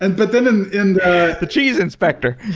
and but then in in the the cheese inspector.